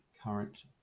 current